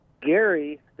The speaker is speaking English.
Gary